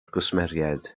gwsmeriaid